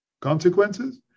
consequences